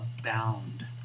abound